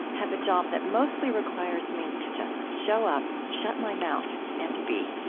have a job that mostly requires me to just show up, shut my mouth, and be.